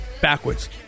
backwards